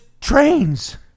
trains